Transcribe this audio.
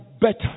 better